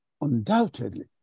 Undoubtedly